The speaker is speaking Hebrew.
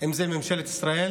אם זו ממשלת ישראל